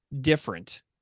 different